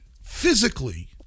physically